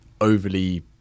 overly